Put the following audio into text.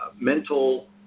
mental